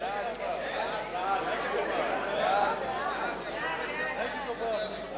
חוק משק הדלק (קידום התחרות) (תיקון,